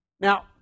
Now